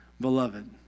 Beloved